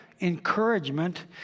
encouragement